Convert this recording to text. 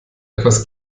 etwas